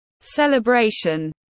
celebration